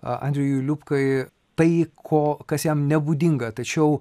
a andrejui liubkai tai ko kas jam nebūdinga tačiau